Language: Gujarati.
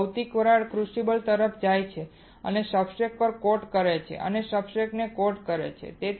હવે ભૌતિક વરાળ ક્રુસિબલ તરફ જાય છે અને સબસ્ટ્રેટ પર કોટ કરે છે અને સબસ્ટ્રેટને કોટ કરે છે